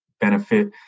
benefit